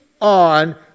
on